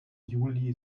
juli